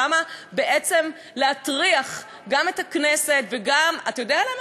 למה בעצם להטריח גם את הכנסת וגם, אתה יודע למה?